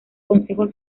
consejo